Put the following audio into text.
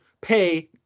pay